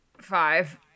Five